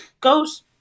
goes